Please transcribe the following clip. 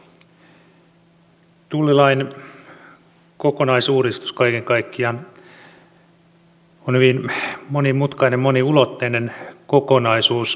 tullilain kokonaisuudistus on kaiken kaikkiaan hyvin monimutkainen moniulotteinen kokonaisuus